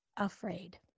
afraid